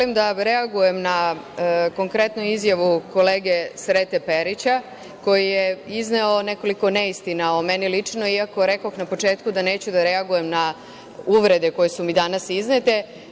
Želim da reagujem na konkretnu izjavu kolege Srete Perića koji je izneo nekoliko neistina o meni lično, iako rekoh na početku da neću da reagujem na uvrede koje su mi danas iznete.